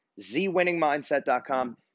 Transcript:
Zwinningmindset.com